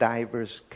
Diverse